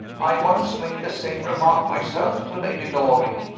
i once made the same remark myself to lady loring,